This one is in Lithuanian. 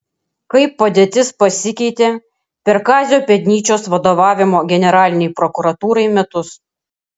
kaip padėtis pasikeitė per kazio pėdnyčios vadovavimo generalinei prokuratūrai metus